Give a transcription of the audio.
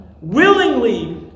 Willingly